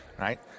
right